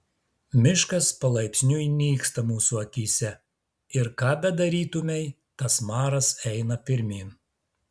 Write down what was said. miškas palaipsniui nyksta mūsų akyse ir ką bedarytumei tas maras eina pirmyn